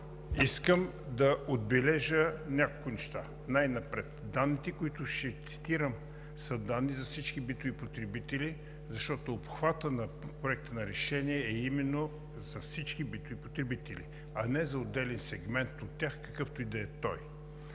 искам да отбележа някои неща. Най-напред – данните, които ще цитирам, са данни за всички битови потребители, защото обхватът на Проекта на решение е именно за всички битови потребители, а не за отделен сегмент от тях, какъвто и да е той.